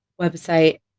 website